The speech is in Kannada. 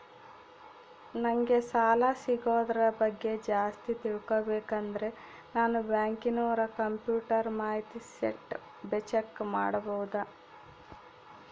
ನಂಗೆ ಸಾಲ ಸಿಗೋದರ ಬಗ್ಗೆ ಜಾಸ್ತಿ ತಿಳಕೋಬೇಕಂದ್ರ ನಾನು ಬ್ಯಾಂಕಿನೋರ ಕಂಪ್ಯೂಟರ್ ಮಾಹಿತಿ ಶೇಟ್ ಚೆಕ್ ಮಾಡಬಹುದಾ?